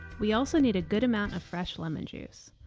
we also need a good amount of fresh lemon juice,